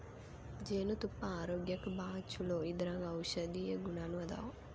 ಜೇನತುಪ್ಪಾ ಆರೋಗ್ಯಕ್ಕ ಭಾಳ ಚುಲೊ ಇದರಾಗ ಔಷದೇಯ ಗುಣಾನು ಅದಾವ